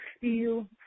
feel